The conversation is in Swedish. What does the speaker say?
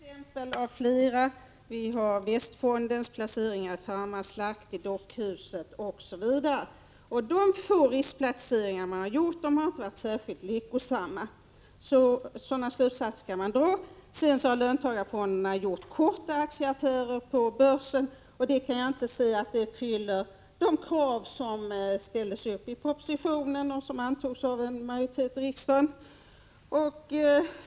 Herr talman! Det finns flera exempel än de jag nämnde, t.ex. Västfondens placeringar i Farmaslakt och i Dockhuset osv. De få riskplaceringar som har gjorts har inte varit särskilt lyckosamma. Sådana slutsatser kan man dra. Löntagarfonderna har vidare gjort korta aktieaffärer på börsen, och jag kan inte se att detta uppfyller de krav som ställdes i propositionen, som antogs av en majoritet i riksdagen.